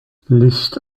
licht